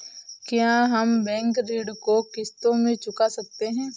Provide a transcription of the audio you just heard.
क्या हम बैंक ऋण को किश्तों में चुका सकते हैं?